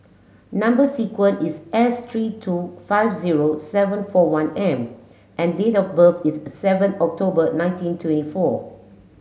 number sequence is S three two five zero seven four one M and date of birth is seven October nineteen twenty four